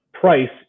price